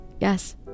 Yes